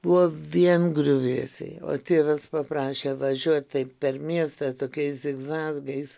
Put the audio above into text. buvo vien griuvėsiai o tėvas paprašė važiuot taip per miestą tokiais zigzagais